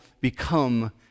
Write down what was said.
become